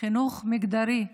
חינוך מגדרי,